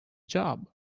job